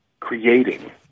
creating